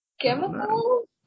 chemicals